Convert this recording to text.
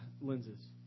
lenses